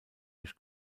durch